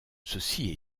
ceci